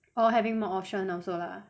or having more option also lah